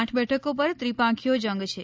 આઠ બેઠકો પર ત્રિપાંખીયો જંગ છે